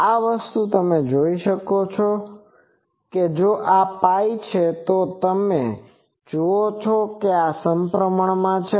આ વસ્તુ તમે જોઈ શકો છો કે જો આ Π છે તો તમે જુઓ કે આ સપ્રમાણ છે